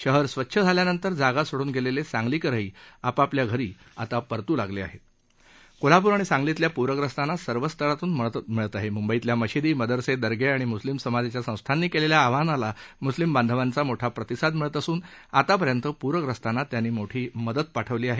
शहर स्वच्छ झाल्यानंतर जागा सोडून गस्त्रासांगलीकरही आपापल्या घरी आता परतू लागलठ आहत्त् कोल्हापुर आणि सांगलीतल्या पुरग्रस्तांना सर्व स्तरातून मदत मिळत आहा मुंबईतल्या मशिदी मदरसा इंगें आणि मुस्लिम समाजाच्या संस्थांनी क्विखा आवाहनाला मुस्लिम बांधवांचा मोठा प्रतिसाद मिळत असून आतापर्यंत पूर्यस्तांना त्यांनी मोठी मदत पाठवली आहे